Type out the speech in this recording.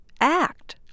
act